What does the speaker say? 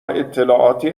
اطلاعاتی